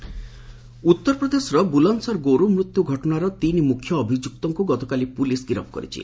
ବୁଲନ୍ଦସର ଉତ୍ତରପ୍ରଦେଶର ବୁଲନ୍ଦସର ଗୋରୁ ମୃତ୍ୟୁ ଘଟଣାର ତିନି ମୁଖ୍ୟ ଅଭିଯୁକ୍ତଙ୍କୁ ଗତକାଲି ପୁଲିସ୍ ଗିରଫ୍ କରିଛି